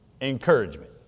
encouragement